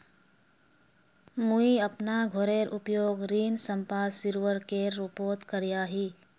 मुई अपना घोरेर उपयोग ऋण संपार्श्विकेर रुपोत करिया ही